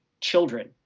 children